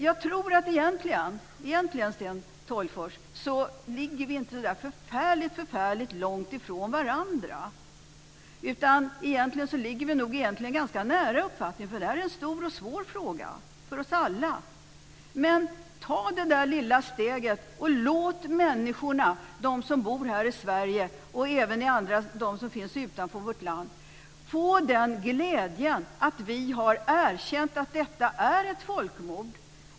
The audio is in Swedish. Jag tror egentligen, Sten Tolgfors, att vi inte ligger så förfärligt långt ifrån varandra. Våra uppfattningar ligger nog ganska nära varandra. Det här är en stor och svår fråga för oss alla. Ta det där lilla steget och låt människorna, de som bor här i Sverige och även de som finns utanför vårt land, få glädjen av att vi erkänner att detta är ett folkmord!